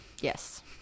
Yes